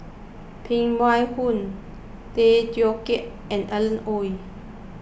Phan Wait Hong Tay Teow Kiat and Alan Oei